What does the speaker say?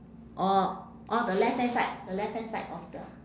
orh on the left hand side the left hand side of the